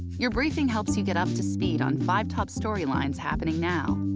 your briefing helps you get up to speed on five top storylines happening now.